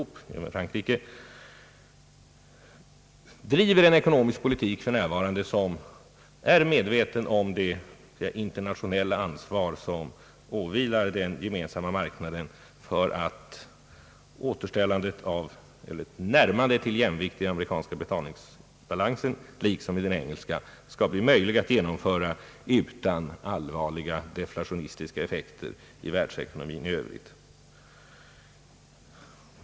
De driver för närvarande en ekonomisk politik, som är präglad av medvetandet om det internationella ansvar som åvilar den gemensamma marknaden för att ett närmande till jämvikt i den amerikanska liksom i den engelska betalningsbalansen skall bli möjligt att genomföra utan allvarliga deflationistiska effekter i världsekonomin i övrigt.